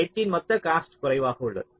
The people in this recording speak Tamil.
எட்ஜ்களின் மொத்த காஸ்ட் குறைவாக உள்ளது